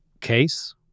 case